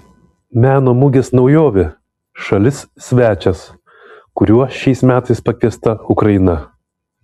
meno mugės naujovė šalis svečias kuriuo šiais metais pakviesta ukraina